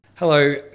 Hello